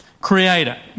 Creator